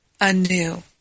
anew